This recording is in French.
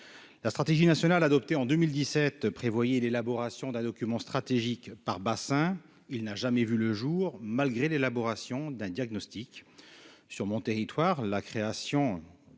la stratégie nationale adoptée en 2017, prévoyez l'élaboration d'un document stratégique par bassin, il n'a jamais vu le jour, malgré l'élaboration d'un diagnostic sur mon territoire, la création